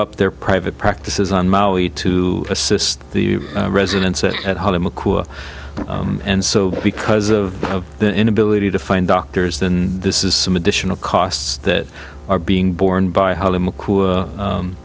up their private practices on maui to assist the residents at how to makulu and so because of the inability to find doctors then this is some additional costs that are being borne by how